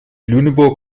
lüneburg